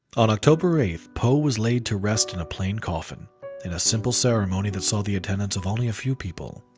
on october eighth, poe was laid to rest in a plain coffin, in a simple ceremony that saw the attendance of only a few people,